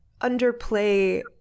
underplay